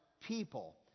people